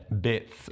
bits